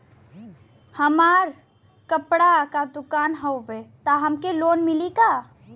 हमार कपड़ा क दुकान हउवे त हमके लोन मिली का?